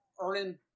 earning